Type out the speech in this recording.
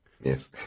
Yes